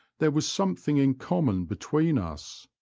there was something in common between us.